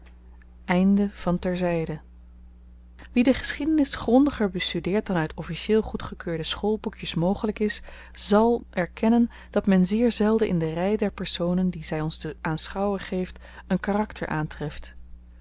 wie de geschiedenis grondiger bestudeert dan uit officieel goedgekeurde schoolboekjes mogelyk is zal erkennen dat men zeer zelden in de rei der personen die zy ons te aanschouwen geeft een karakter aantreft